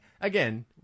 again